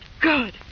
Good